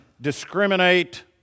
discriminate